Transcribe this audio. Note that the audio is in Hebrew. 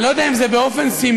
אני לא יודע אם זה באופן סימבולי,